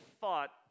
thought